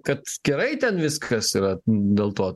kad gerai ten viskas yra dėl to